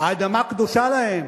האדמה קדושה להם.